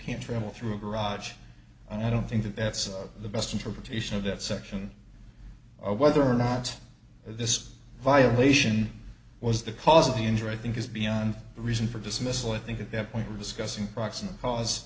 can't travel through a garage and i don't think that that's the best interpretation of that section of whether or not this violation was the cause of the injury i think is beyond reason for dismissal i think at that point we're discussing proximate cause